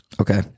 Okay